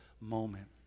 moment